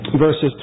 Verses